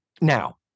now